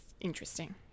interesting